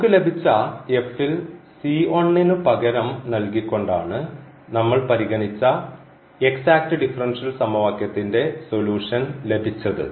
നമുക്ക് ലഭിച്ച എഫിൽ നു പകരം നൽകിക്കൊണ്ടാണ് നമ്മൾ പരിഗണിച്ച എക്സാക്റ്റ് ഡിഫറൻഷ്യൽ സമവാക്യത്തിൻറെ സൊലൂഷൻ ലഭിച്ചത്